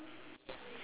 I mean like it's like